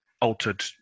altered